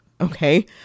okay